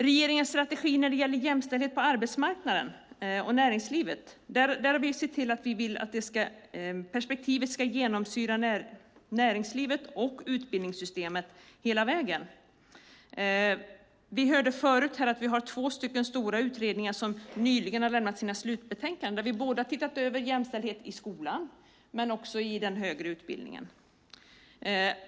Regeringens strategi när det gäller jämställdhet på arbetsmarknaden och i näringslivet är att se till att det perspektivet ska genomsyra näringslivet och utbildningssystemen hela vägen. Vi hörde förut att vi har två stora utredningar som nyligen har lämnat sina slutbetänkanden. De har tittat över jämställdhet både i skolan och i den högre utbildningen.